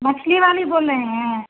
मछली वाली बोल रहे हैं